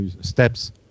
steps